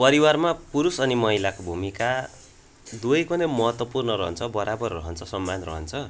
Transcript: परिवारमा पुरुष अनि महिलाको भूमिका दुवैको नै महत्त्वपूर्ण रहन्छ बराबर रहन्छ समान रहन्छ